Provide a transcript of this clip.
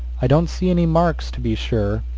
i don't see any marks to be sure,